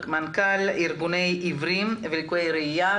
מנכ"ל ארגוני העיוורים ולקויי הראייה.